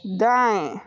दाएँ